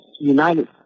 United